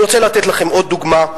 אני רוצה לתת לכם עוד דוגמה,